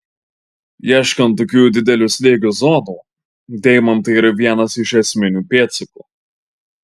ieškant tokių didelio slėgio zonų deimantai yra vienas iš esminių pėdsakų